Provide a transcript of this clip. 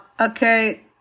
okay